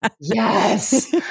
Yes